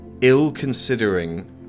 ill-considering